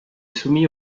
soumis